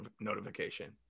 notification